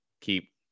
keep